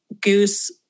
Goose